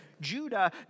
Judah